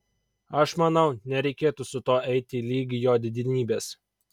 aš manau nereikėtų su tuo eiti ligi jo didenybės